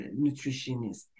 nutritionist